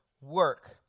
work